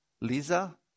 Lisa